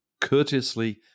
courteously